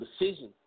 decision